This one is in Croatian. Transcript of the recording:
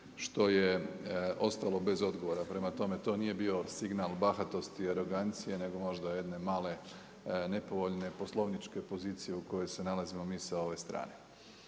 što je ostalo bez odgovora. Prema tome, to nije bio signal bahatosti i arogancije nego možda jedne male nepovoljne poslovničke pozicije u kojoj se nalazimo mi sa ove strane.